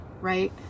right